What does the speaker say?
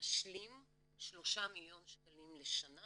להשלים שלושה מיליוני שקלים לשנה